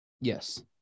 yes